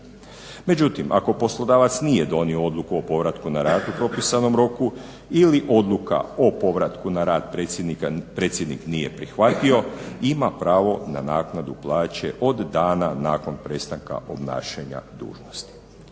Međutim ako poslodavac nije donio odluku o povratku na rad u propisanom roku ili odluka o povratku na rad predsjednik nije prihvatio ima pravo na naknadu plaće od dana nakon prestanka obnašanja dužnosti.